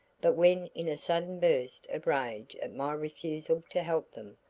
but when in a sudden burst of rage at my refusal to help them,